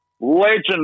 legend